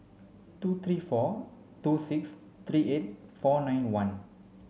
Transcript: two three four two six three eight four nine one